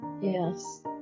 Yes